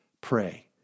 pray